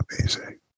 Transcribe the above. amazing